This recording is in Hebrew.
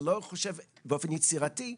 ולא חושב באופן יצירתי.